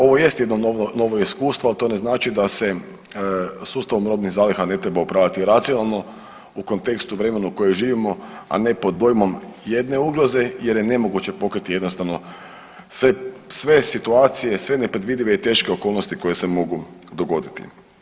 Ovo jest jedno novo iskustvo, ali to ne znači da se sustavom robnim zaliha ne treba upravljati racionalno u kontekstu i vremenu u kojem živimo, a ne pod dojmom jedne ugroze jer je nemoguće pokriti jednostavno sve situacije, sve neprevedive i teške okolnosti koje se mogu dogoditi.